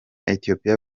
ethiopia